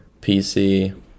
PC